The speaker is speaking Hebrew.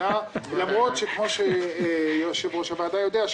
למרות שכמו שיושב-ראש הוועדה יודע,